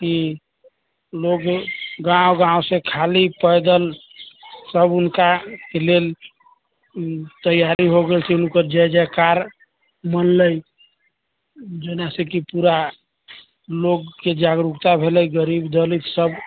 कि लोग गाँव गाँव सऽ खाली पैदल सब उनका लेल तैयारी हो हुनकर जयजयकार मनलै जेना से कि पूरा लोग के जागरूकता भेलै गरीब दलित सब